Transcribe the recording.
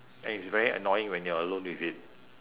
and it's very annoying when you are alone with it